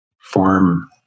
Form